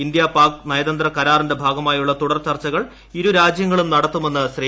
India Pak നയതന്ത്ര കരാറിന്റെ ഭാഗമായുള്ള തുടർചർച്ചകൾ ഇരു രാജ്യങ്ങളും നടത്തുമെന്ന് ശ്രീ